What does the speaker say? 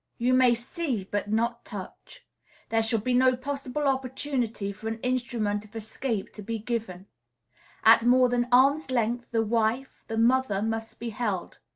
you may see, but not touch there shall be no possible opportunity for an instrument of escape to be given at more than arm's length the wife, the mother must be held.